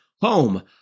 home